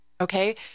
Okay